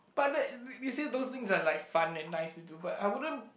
but that that uh you see those things are like fun and nice to do but I wouldn't